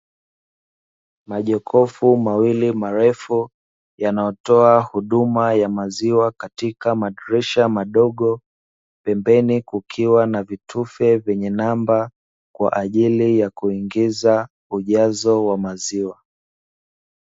Majokofu mawili marefu yanayo toa huduma ya maziwa katika madirisha madogo, pembeni kukiwa na vitufe vyenye namba kwaajili ya kuingiza ujazo wa maziwa.